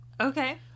Okay